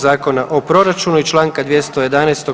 Zakona o proračunu i Članka 211.